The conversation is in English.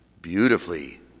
beautifully